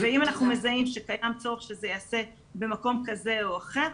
אם אנחנו מזהים שקיים צורך שזה ייעשה במקום כזה או אחר,